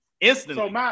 instantly